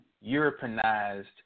Europeanized